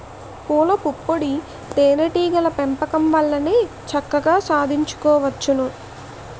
పూలపుప్పొడి తేనే టీగల పెంపకం వల్లనే చక్కగా సాధించుకోవచ్చును